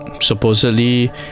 supposedly